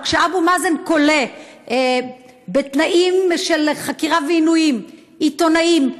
או כשאבו מאזן כולא בתנאים של חקירה ועינויים עיתונאים,